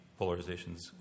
polarizations